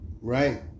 Right